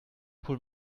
pull